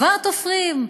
כבר תופרים,